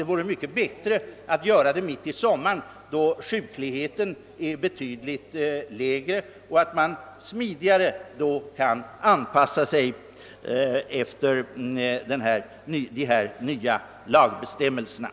Det vore för det första mycket bättre att genomföra den mitt i sommaren när sjukligheten är betydligt lägre och man därför smidigare kan anpassa sig till de nya lagbestämmelserna.